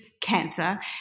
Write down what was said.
cancer